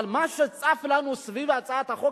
אבל מה שצף לנו בדיונים סביב הצעת החוק